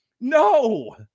No